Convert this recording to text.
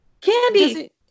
Candy